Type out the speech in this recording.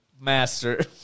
Master